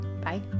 Bye